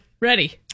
ready